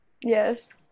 Yes